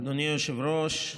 אדוני היושב-ראש,